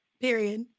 Period